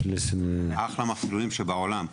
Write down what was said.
אחלה מסלולים שבעולם.